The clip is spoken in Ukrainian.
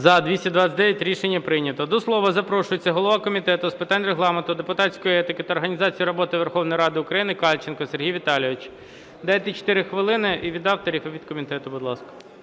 За-229 Рішення прийнято. До слова запрошується голова Комітету з питань Регламенту, депутатської етики та організації роботи Верховної Ради України Кальченко Сергій Віталійович. Дайте 4 хвилини і від авторів, і від комітету. Будь ласка.